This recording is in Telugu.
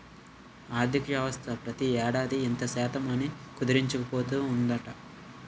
ఆర్థికవ్యవస్థ ప్రతి ఏడాది ఇంత శాతం అని కుదించుకుపోతూ ఉందట